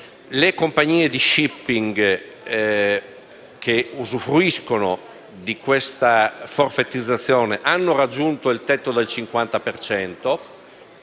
le compagnie di *shipping* che usufruiscono di questa forfetizzazione hanno raggiunto il tetto del 50